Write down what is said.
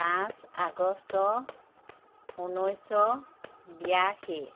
পাঁচ আগষ্ট ঊনৈছশ বিয়াশী